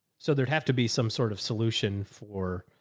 so there'd have to be some sort of solution for,